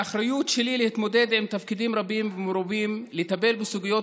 באחריות שלי להתמודד עם תפקידים רבים ומרובים ולטפל בסוגיות